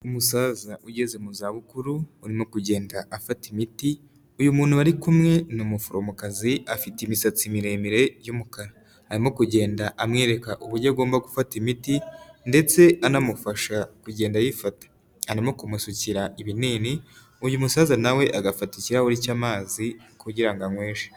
Umusaza ugeze mu zabukuru urimo kugenda afata imiti, uyu muntu bari kumwe ni umuforomokazi afite imisatsi miremire y'umukara, arimo kugenda amwereka uburyo agomba gufata imiti ndetse anamufasha kugenda ayifata, arimo kumusukira ibinini uyu musaza na we agafata ikirahuri cy'amazi kugira ngo anyweshe.